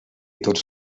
tots